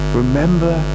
remember